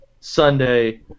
Sunday –